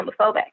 homophobic